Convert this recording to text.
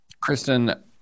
Kristen